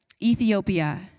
Ethiopia